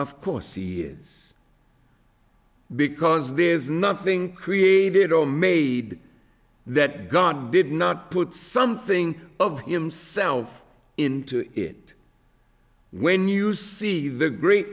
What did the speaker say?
of course he is because there is nothing created or made that god did not put something of himself into it when you see the great